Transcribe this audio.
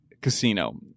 Casino